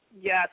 Yes